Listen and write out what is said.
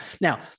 now